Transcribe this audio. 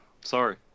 Sorry